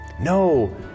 No